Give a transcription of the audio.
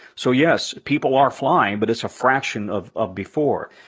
so yes, people are flying, but it's a fraction of of before.